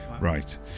Right